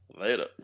Later